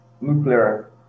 nuclear